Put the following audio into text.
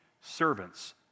servants